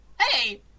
Hey